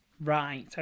Right